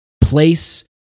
place